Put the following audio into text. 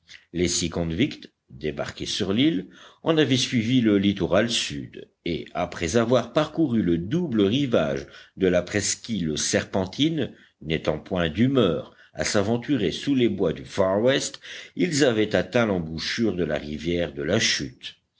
les six convicts débarqués sur l'île en avaient suivi le littoral sud et après avoir parcouru le double rivage de la presqu'île serpentine n'étant point d'humeur à s'aventurer sous les bois du far west ils avaient atteint l'embouchure de la rivière de la chute